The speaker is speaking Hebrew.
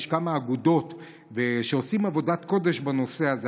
יש כמה אגודות שעושות עבודת קודש בנושא הזה.